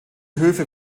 höfe